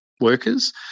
workers